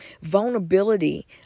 vulnerability